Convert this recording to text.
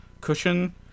cushion